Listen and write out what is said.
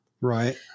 Right